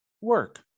work